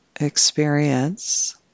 experience